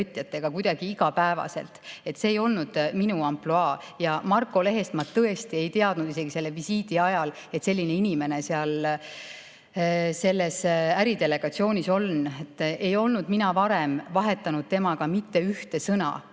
ettevõtjatega kuidagi igapäevaselt. See ei olnud minu ampluaa. Ja Marko Lehest ma tõesti ei teadnud, isegi selle visiidi ajal ma ei teadnud, et selline inimene selles äridelegatsioonis on. Ei olnud mina varem vahetanud temaga mitte ühte sõna,